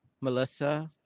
Melissa